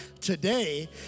today